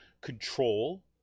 control